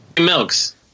milks